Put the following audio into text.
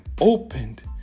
opened